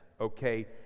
okay